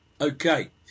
Okay